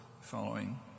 following